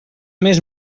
més